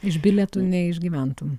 iš bilietų neišgyventum